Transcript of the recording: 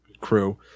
crew